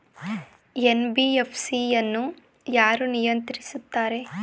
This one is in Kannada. ಎನ್.ಬಿ.ಎಫ್.ಸಿ ಅನ್ನು ಯಾರು ನಿಯಂತ್ರಿಸುತ್ತಾರೆ?